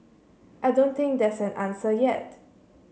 I don't think there's an answer yet